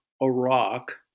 Iraq